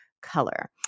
Color